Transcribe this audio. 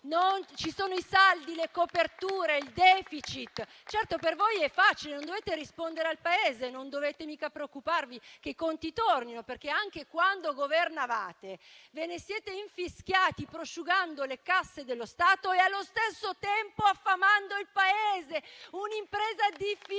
ci sono i saldi, le coperture, il *deficit*. Certo, per voi è facile, non dovete rispondere al Paese, non dovete certo preoccuparvi che i conti tornino, perché anche quando governavate ve ne siete infischiati, prosciugando le casse dello Stato e allo stesso tempo affamando il Paese. Un'impresa difficile,